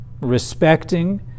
respecting